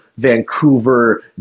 vancouver